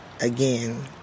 again